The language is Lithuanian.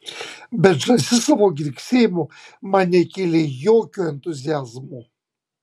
bet žąsis savo girgsėjimu man nekėlė jokio entuziazmo